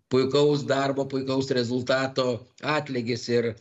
puikaus darbo puikaus rezultato atlygis ir